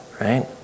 right